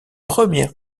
première